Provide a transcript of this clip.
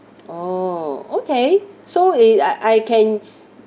oh okay so it I I can